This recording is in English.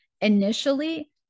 Initially